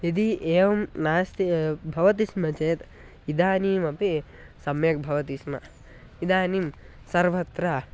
यदि एवं नास्ति भवति स्म चेत् इदानीमपि सम्यक् भवति स्म इदानीं सर्वत्र